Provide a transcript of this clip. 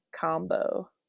combo